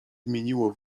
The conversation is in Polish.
zmieniło